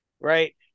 Right